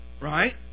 right